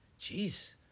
jeez